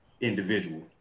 individual